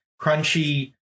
crunchy